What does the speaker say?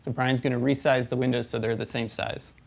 brian's going to resize the windows so they're the same size.